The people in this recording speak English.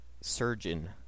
surgeon